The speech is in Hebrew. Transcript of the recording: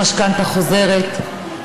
המשכנתה חוזרת,